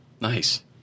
Nice